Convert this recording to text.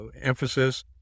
emphasis